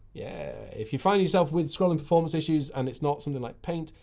yeah. if you find yourself with scrolling performance issues and it's not something like paint,